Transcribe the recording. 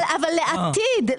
אבל לעתיד,